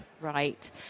right